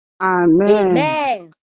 amen